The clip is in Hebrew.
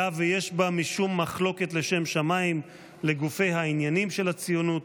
היה ויש בה משום מחלוקת לשם שמיים לגופי העניינים של הציונות,